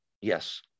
Yes